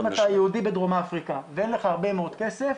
אם אתה יהודי בדרום אפריקה ואין לך הרבה מאוד כסף